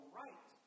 right